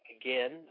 again